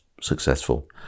successful